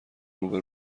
روبه